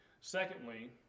secondly